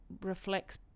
reflects